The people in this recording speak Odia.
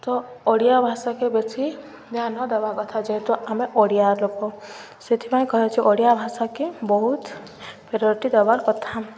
ତ ଓଡ଼ିଆ ଭାଷାକୁ ବେଶି ଧ୍ୟାନ ଦେବା କଥା ଯେହେତୁ ଆମେ ଓଡ଼ିଆ ଲୋକ ସେଥିପାଇଁ କୁହାଯାଉଛି ଓଡ଼ିଆ ଭାଷାକୁ ବହୁତ ପ୍ରାୟୋରିଟି ଦେବାର କଥା